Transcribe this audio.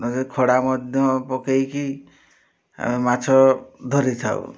ନଚେତ୍ ଖଡ଼ା ମଧ୍ୟ ପକାଇକି ଆମେ ମାଛ ଧରିଥାଉ